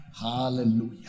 Hallelujah